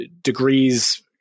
degrees